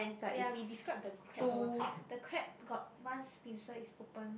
ya we describe the crab awhile the crab got one pincer is open